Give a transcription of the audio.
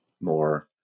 more